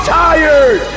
tired